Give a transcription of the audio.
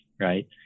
right